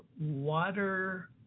water